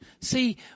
See